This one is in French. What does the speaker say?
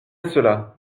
cela